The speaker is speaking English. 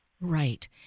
Right